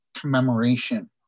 commemoration